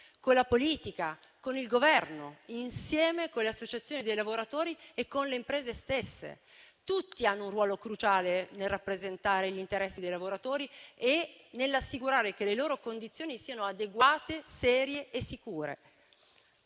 con la politica, con il Governo, insieme con le associazioni dei lavoratori e con le imprese stesse. Tutti hanno un ruolo cruciale nel rappresentare gli interessi dei lavoratori e nell'assicurare che le loro condizioni siano adeguate, serie e sicure.